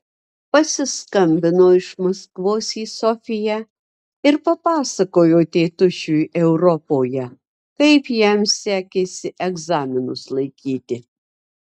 pasiskambino iš maskvos į sofiją ir papasakojo tėtušiui europoje kaip jam sekėsi egzaminus laikyti